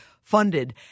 funded